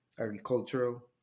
agricultural